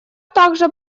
также